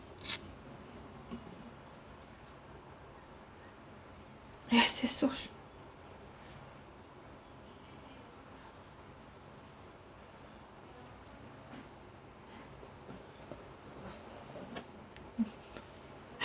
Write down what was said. yes yes so should